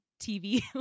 tv